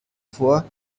vor